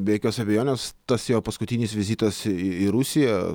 be jokios abejonės tas jo paskutinis vizitas į rusiją